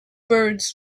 birds